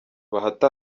bahati